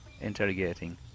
interrogating